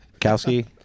Kowski